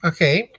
Okay